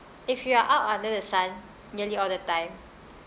if you are out under the sun nearly all the time